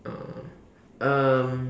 uh um